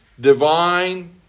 divine